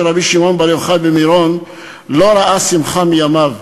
רבי שמעון בר יוחאי במירון לא ראה שמחה מימיו.